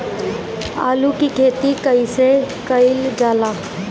आलू की खेती कइसे कइल जाला?